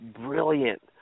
brilliant